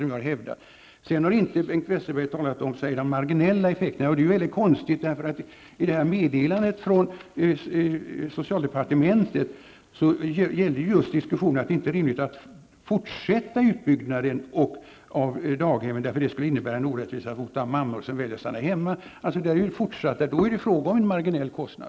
Bengt Westerberg har inte talat om de marginella effekterna, säger han. Det är konstigt. I pressmeddelandet från socialdepartementet gällde diskussionen just att det inte är rimligt att fortsätta utbyggnaden av daghemmen därför att det skulle innebära en orättvisa mot de mammor som väljer att stanna hemma. Då är det ju fråga om en marginell kostnad.